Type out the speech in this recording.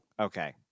Okay